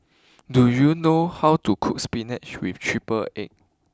do you know how to cook spinach with triple Egg